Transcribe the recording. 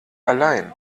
allein